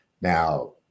Now